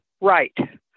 right